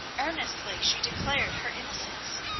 earnestly she declared her innocence.